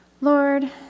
Lord